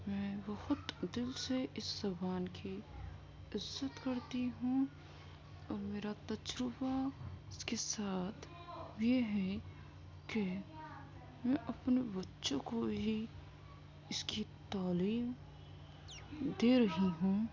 میں بہت دل سے اس زبان کی عزت کرتی ہوں اور میرا تجربہ اس کے ساتھ یہ ہے کہ میں اپنے بچوں کو یہی اس کی تعلیم دے رہی ہوں